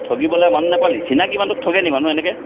ঠগিবলৈ আৰু মানুহ নেপালি চিনাকী মানুহটোক ঠগে নি মানুহে এনেকৈ